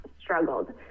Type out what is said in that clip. struggled